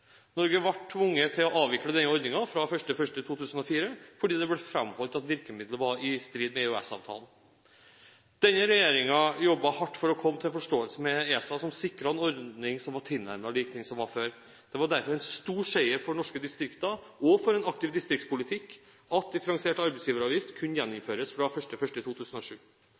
Norge ble tvunget til å avvikle denne ordningen fra 1. januar 2004 fordi det ble framholdt at virkemiddelet var i strid med EØS-avtalen. Denne regjeringen jobbet hardt for å komme til forståelse med ESA, som sikret en ordning som var tilnærmet lik den som var før. Det var derfor en stor seier for norske distrikter og for en aktiv distriktspolitikk at differensiert arbeidsgiveravgift kunne gjeninnføres fra 1. januar 2007.